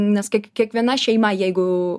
nes kiek kiekviena šeima jeigu